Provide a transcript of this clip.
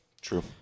True